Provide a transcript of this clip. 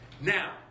Now